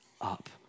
up